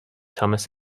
thomas